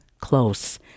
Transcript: close